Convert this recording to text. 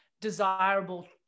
desirable